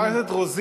חברת הכנסת רוזין,